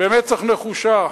במצח נחושה